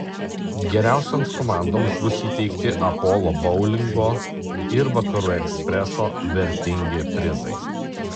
geriausioms komandoms bus įteikti apolo boulingo ir vakarų ekspreso vertingi prizai